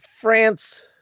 france